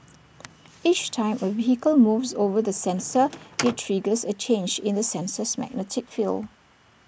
each time A vehicle moves over the sensor IT triggers A change in the sensor's magnetic field